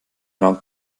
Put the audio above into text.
raum